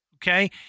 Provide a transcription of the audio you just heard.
Okay